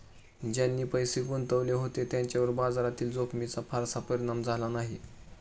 ज्यांनी पैसे गुंतवले होते त्यांच्यावर बाजारातील जोखमीचा फारसा परिणाम झाला नाही